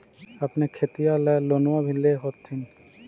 अपने खेतिया ले लोनमा भी ले होत्थिन?